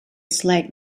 slight